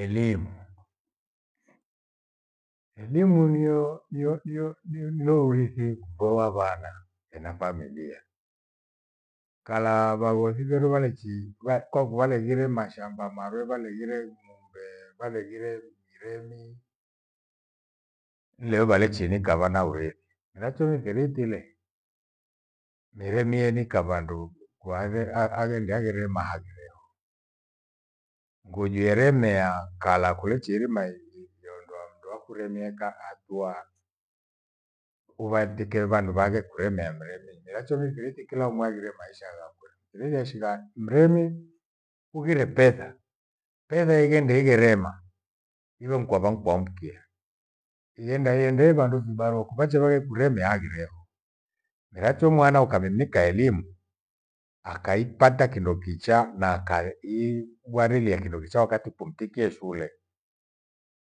Elimu, elimu niyo- niyo- niyo- niyo- niyo urithi wawa vana ena familia. Kala vaghosi veru valechi va- kwaku walegheghire mashamba marwe vaghaghire ng'ombe, valeghire miremi. Nileo valechinika vana urithi, miracho ukheri tile merimie nika vandu kwaaghe agende mahaghireo. Nguji eremea kala kuichirima i- i- iondoa mndu akuremie kaajwa kuwatike vandu vaghe kuremea miracho. Miracho mifiriti kila muaghire maisha ghakwe. Vileshigha mremi ughiree petha, petha ighende igherema iwe mkwava mkwa mkia. Iena iende vandu vibaroko vache waghe kuremia haghireho. Miracho mwana ukamimika elimu akaipata kindo kichaa na aka igwarilie kindo kichaa wakati kumtikie shule.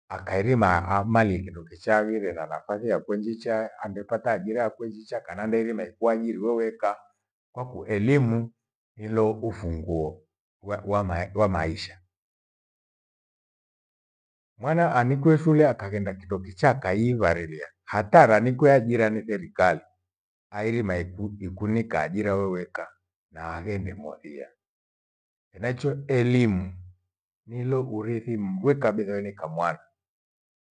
Akahirima amalie kindo kichaa aghire na nafasi yakwe njicha, andepata ajira yakwe njicha kana ndeirima ikwajiri weweka. Kwaku elimu nilo ufunguo wa- wamae- wamaisha. Mwana anikwe shule akaghenda kindo kichaa akaiivarelia hata aranikwa ajira ni therikali airima iku- ikunika ajira weweka na aghende mothia. Enacho elimu nilo urithi mbwi kabitha enika mwana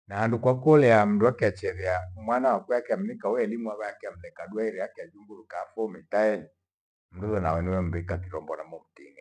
na handu kwakolea mndu akeacheghea mwana wakwe akamnika we elimu avake mbeka duaire akiya juju ukaapho mitaeni mndu nao niwembika kirombora mofutini